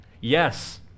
yes